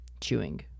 chewing